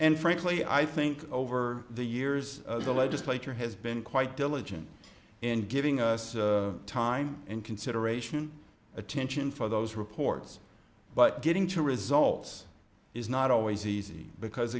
and frankly i think over the years the legislature has been quite diligent in giving us time and consideration attention for those reports but getting to results is not always easy because